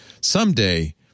someday